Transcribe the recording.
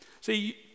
See